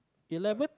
eleven